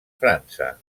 frança